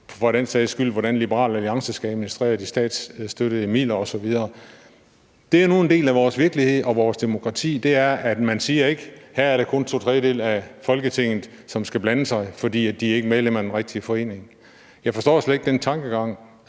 for den sags skyld om, hvordan Liberal Alliance skal administrere statsstøttemidler osv. Det er nu en del af vores virkelighed og vores demokrati, at man ikke siger, at her er det kun to tredjedele af Folketingets medlemmer, som skal blande sig, fordi resten ikke er medlem af den rigtige forening. Jeg forstår slet ikke den tankegang.